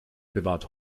bewahrt